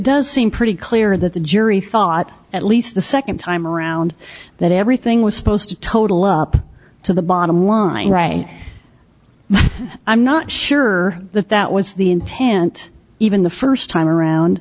does seem pretty clear that the jury thought at least the second time around that everything was supposed to total up to the bottom line ray i'm not sure that that was the intent even the first time around